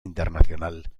internacional